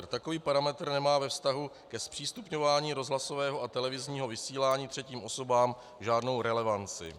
Takový parametr nemá ve vztahu ke zpřístupňování rozhlasového a televizního vysílání třetím osobám žádnou relevanci.